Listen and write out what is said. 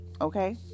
Okay